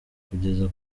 kugeza